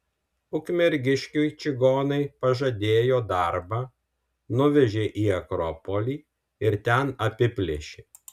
ukmergiškiui čigonai pažadėjo darbą nuvežė į akropolį ir ten apiplėšė